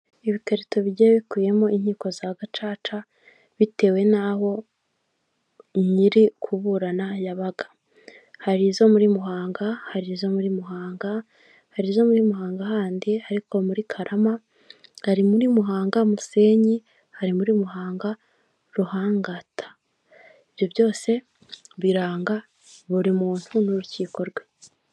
Ibikarito bigiye bikubiyemo inkiko za gacaca bitewe n'aho nyiri kuburana yabaga, hari izo muri muhanga harizo muri muhanga ari izo muri muhanga handi ariko muri karama ari muri muhanga musenyi, hari muri muhanga ruhangata, ibyo byose biranga buri muntu n'urukiko rwe.